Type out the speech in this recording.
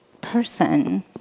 person